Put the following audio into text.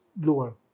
lower